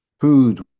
food